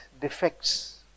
defects